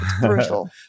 brutal